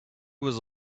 was